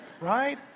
right